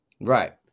Right